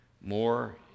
more